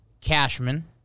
Cashman